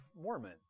Mormon